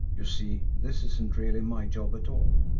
you see, this isn't really my job at all.